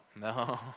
no